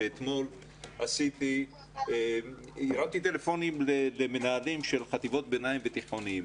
שאתמול הרמתי טלפונים למנהלים של חטיבות ביניים ותיכוניים.